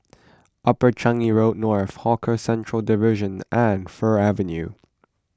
Upper Changi Road North Hawker Centre Division and Fir Avenue